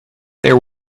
there